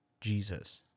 jesus